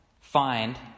find